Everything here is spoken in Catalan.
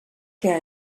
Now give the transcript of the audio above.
que